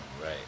Right